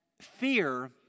fear